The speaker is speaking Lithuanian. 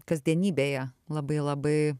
kasdienybėje labai labai